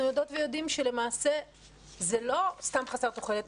יודעות ויודעים שלמעשה זה לא סתם חסר תוחלת,